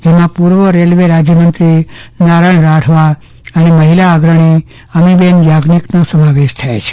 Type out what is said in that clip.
જેમાં પૂર્વ રેલ્વે રાજ્યમંત્રી નારાણ રાઠવા અને મહીલા અગ્રણી અમીબેન યાજ્ઞિકનો સમાવેશ થાય છે